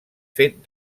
fet